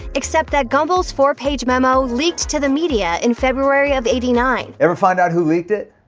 except that gumbel's four-page memo leaked to the media in february of eighty nine. ever find out who leaked it?